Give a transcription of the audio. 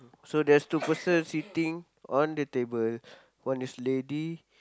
so there's two person sitting on the table one is lady